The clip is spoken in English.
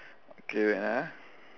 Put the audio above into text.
okay wait ah